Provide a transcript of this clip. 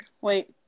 wait